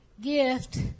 gift